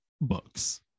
books